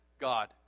God